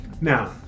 now